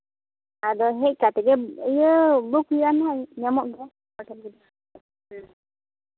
ᱟᱫᱚ ᱦᱮᱡ ᱠᱟᱛᱮᱫ ᱜᱮ ᱤᱭᱟᱹ ᱵᱩᱠ ᱦᱩᱭᱩᱜ ᱜᱮᱭᱟ ᱦᱟᱸᱜ ᱧᱟᱢᱚᱜ ᱜᱮᱭᱟ ᱦᱳᱴᱮᱹᱞ ᱠᱚᱫᱚ ᱦᱮᱸ